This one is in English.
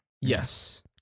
Yes